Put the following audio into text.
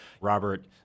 Robert